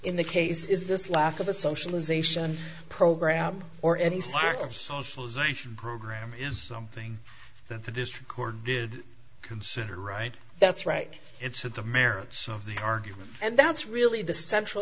in the case is this lack of a socialization program or any sort of socialization program is something that the district court did consider right that's right it's at the merits of the argument and that's really the central